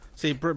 See